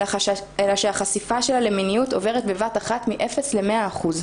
אלא שהחשיפה שלה למיניות עוברת בבת אחת למיניות מאפס למאה אחוז.